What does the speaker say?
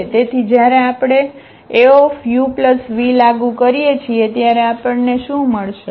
તેથી જ્યારે આપણે Auv લાગુ કરીએ છીએ ત્યારે આપણને શું મળશે